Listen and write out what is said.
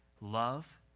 love